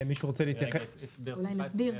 יש הוראות לפרק הזה?